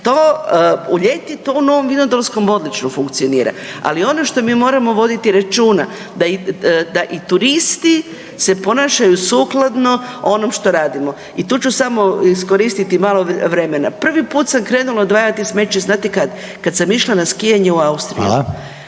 To, u ljeti to u Novom Vinodolskom odlično funkcionira. Ali ono što mi moramo voditi računa da i turisti se ponašaju sukladno onom što radimo i tu ću samo iskoristiti malo vremena. Prvi put sam krenula odvajati smeće znate kad, kad sam išla na skijanje u Austriju.